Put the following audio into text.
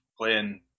playing